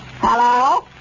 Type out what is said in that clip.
Hello